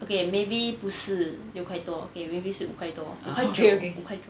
okay maybe 不是六块多 okay maybe 是五块多五块多五块多